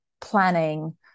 planning